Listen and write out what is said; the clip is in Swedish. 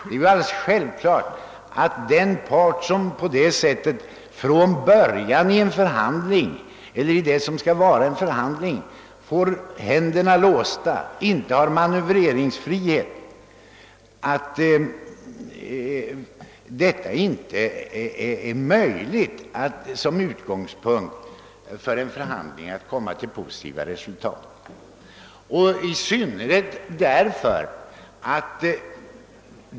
Det är självklart att det inte är möjligt att komma fram till ett positivt resultat när en part på detta sätt från början får händerna bundna och inte har manövreringsfrihet.